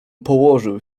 położył